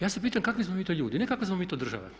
Ja se pitam kakvi smo mi to ljudi, ne kakva smo mi to država.